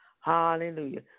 Hallelujah